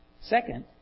Second